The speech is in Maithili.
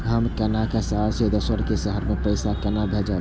हम केना शहर से दोसर के शहर मैं पैसा केना भेजव?